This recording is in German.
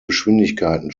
geschwindigkeiten